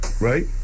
right